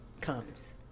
comes